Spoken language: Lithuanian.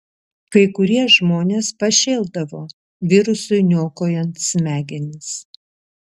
kai kurie žmonės pašėldavo virusui niokojant smegenis